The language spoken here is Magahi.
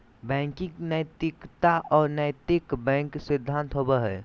बैंकिंग नैतिकता और नैतिक बैंक सिद्धांत होबो हइ